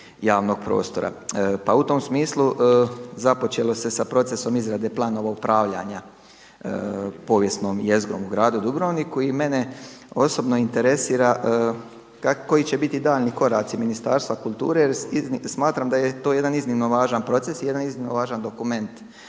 javnog prostora, pa u tom smislu započelo se sa procesom izrade planova upravljanja povijesnom jezgrom u gradu Dubrovniku. I mene osobno interesira koji će biti daljnji koraci Ministarstva kulture, jer smatram da je to jedan iznimno važan proces, jedan iznimno važan dokument